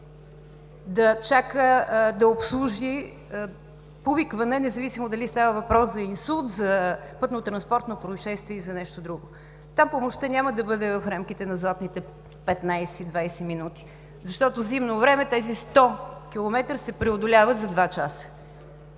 да чака да обслужи повикване, независимо дали става въпрос за инсулт, за пътнотранспортно произшествие или за нещо друго. Там помощта няма да бъде в рамките на златните 15-20 минути, защото зимно време тези 100 км се преодоляват за два часа.